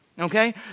Okay